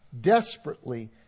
desperately